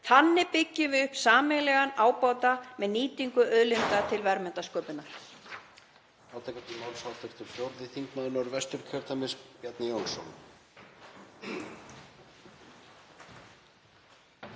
Þannig byggjum við upp sameiginlegan ábata með nýtingu auðlinda til verðmætasköpunar.